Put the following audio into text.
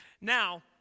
Now